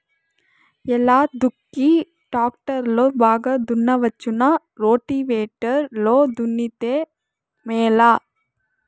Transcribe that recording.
ఎలా దుక్కి టాక్టర్ లో బాగా దున్నవచ్చునా రోటివేటర్ లో దున్నితే మేలా?